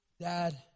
dad